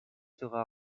sera